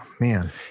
man